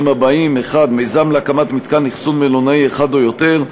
הבאים: 1. מיזם להקמת מתקן אכסון מלונאי אחד או יותר,